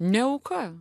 ne auka